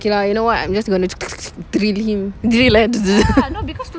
okay you know what I'm just drill him drill eh